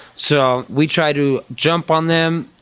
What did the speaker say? so we try to jump on them,